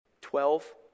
Twelve